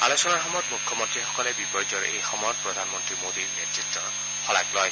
আলোচনাৰ সময়ত মুখ্যমন্ত্ৰীসকলে বিপৰ্যয়ৰ এই সময়ত প্ৰধানমন্ত্ৰী মোডীৰ নেতৃত্বৰ শলাগ লয়